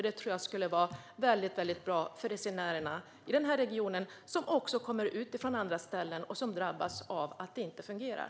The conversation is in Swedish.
Det tror jag skulle vara mycket bra för resenärerna i denna region, som också kommer från andra ställen och drabbas av att detta inte fungerar.